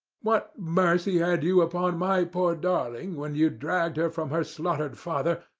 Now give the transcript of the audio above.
what mercy had you upon my poor darling, when you dragged her from her slaughtered father,